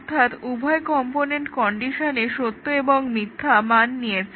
অর্থাৎ উভয় কম্পোনেন্ট কন্ডিশনে সত্য এবং মিথ্যা মান নিয়েছে